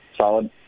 solid